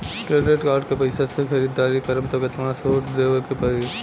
Credit card के पैसा से ख़रीदारी करम त केतना सूद देवे के पड़ी?